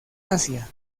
asia